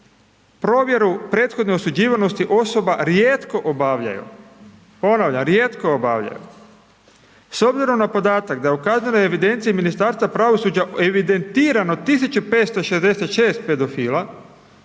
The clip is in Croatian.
provjeru prethodno osuđivanosti osoba rijetko obavljaju, ponavljam rijetko obavljaju. S obzirom na podatak da je u kaznenoj evidenciji Ministarstva pravosuđa evidentirano 1566 pedofila,